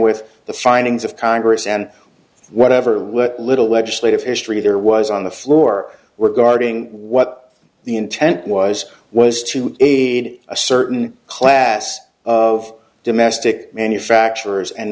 with the findings of congress and whatever little legislative history there was on the floor were guarding what the intent was was to aid a certain class of domestic manufacturers and